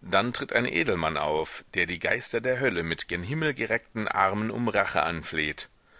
dann tritt ein edelmann auf der die geister der hölle mit gen himmel gereckten armen um rache anfleht